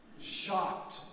shocked